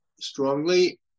strongly